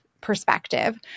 perspective